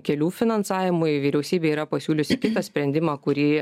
kelių finansavimui vyriausybė yra pasiūliusi kitą sprendimą kurį